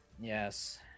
Yes